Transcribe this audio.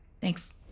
Thanks